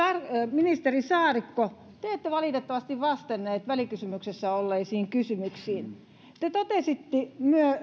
ministeri saarikko te ette valitettavasti vastannut välikysymyksessä olleisiin kysymyksiin te totesitte